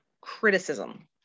criticism